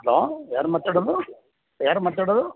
hello ಯಾರು ಮಾತಾಡೋದು ಯಾರು ಮಾತಾಡೋದು